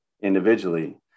individually